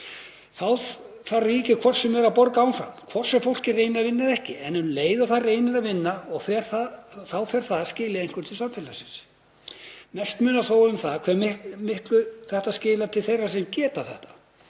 ríkið hvort sem er að borga áfram, hvort sem fólk er að reyna að vinna eða ekki. En um leið og það reynir að vinna þá fer það að skila einhverju til samfélagsins. Mest munar þó um það hve miklu þetta skilar til þeirra sem geta þetta.